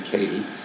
Katie